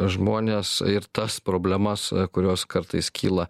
žmones ir tas problemas kurios kartais kyla